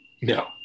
No